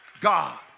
God